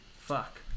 Fuck